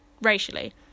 racially